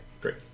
Great